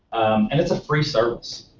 and it's a free service.